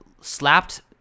slapped